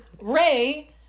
Ray